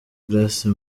grace